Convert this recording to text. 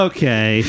Okay